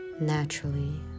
naturally